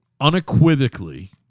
unequivocally